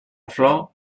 flor